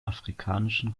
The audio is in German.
afrikanischen